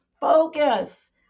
Focus